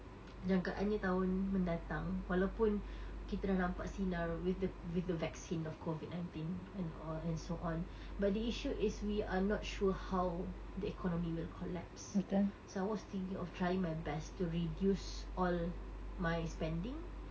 macam keadaan tahun mendatang walaupun kita dah nampak sinar with the with the vaccine of COVID nineteen and all and so on but the issue is we are not sure how the economy would collapse so I was thinking of trying my best to reduce all my spending